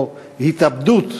או ההתאבדות,